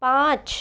पाँच